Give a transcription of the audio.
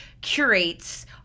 curates